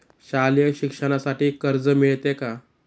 शालेय शिक्षणासाठी कर्ज मिळते का?